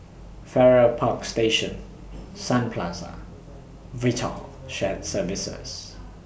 Farrer Park Station Sun Plaza Vital Shared Services